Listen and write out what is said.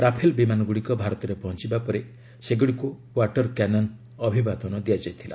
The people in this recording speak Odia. ରାଫେଲ ବିମାନଗୁଡ଼ିକ ଭାରତରେ ପହଞ୍ଚବା ପରେ ସେଗୁଡ଼ିକୁ ୱାଟର କ୍ୟାନନ୍ ଅଭିବାଦନ ଦିଆଯାଇଥିଲା